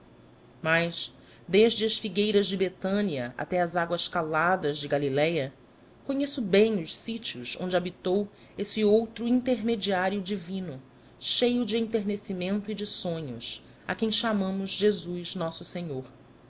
mas desde as figueiras de betânia até as águas coladas de galiléia conheço bem os sítios onde habitou esse outro intermediário divino cheio de enternecimento e de sonhos a quem chamamos jesus nosso senhor